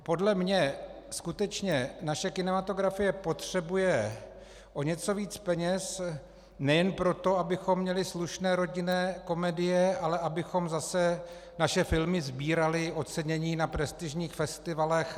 Podle mě skutečně naše kinematografie potřebuje o něco víc peněz nejen proto, abychom měli slušné rodinné komedie, ale aby naše filmy zase sbíraly ocenění na prestižních festivalech.